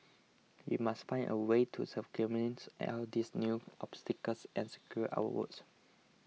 we must find a way to circumvent all these new obstacles and secure our votes